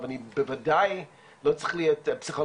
אבל אני בוודאי לא צריך להיות פסיכולוג